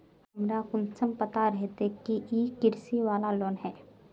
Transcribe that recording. हमरा कुंसम पता रहते की इ कृषि वाला लोन है?